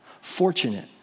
Fortunate